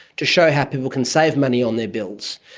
to show how people can save money on their bills,